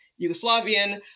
Yugoslavian